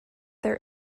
their